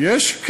את הרישיונות.